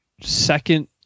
second